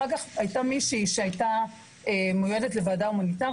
אחר כך הייתה מישהי שהייתה מיועדת לוועדה ההומניטארית,